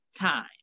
time